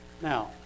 now